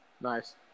Nice